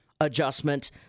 adjustment